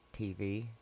tv